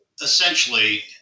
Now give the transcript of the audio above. essentially